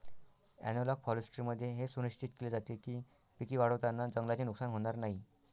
analogue फॉरेस्ट्रीमध्ये हे सुनिश्चित केले जाते की पिके वाढवताना जंगलाचे नुकसान होणार नाही